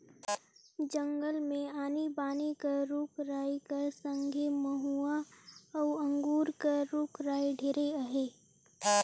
जंगल मे आनी बानी कर रूख राई कर संघे मउहा अउ अंगुर कर रूख राई ढेरे अहे